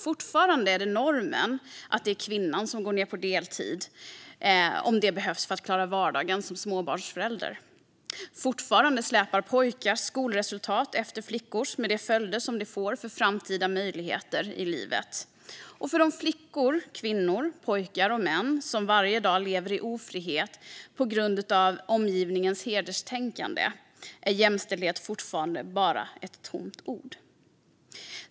Fortfarande är normen att det är kvinnan som går ned på deltid om det behövs för att klara vardagen som småbarnsförälder. Fortfarande släpar pojkars skolresultat efter flickors, med de följder det får för framtida möjligheter i livet. Och för de flickor, kvinnor, pojkar och män som varje dag lever i ofrihet på grund av omgivningens hederstänkande är jämställdhet fortfarande bara ett tomt ord.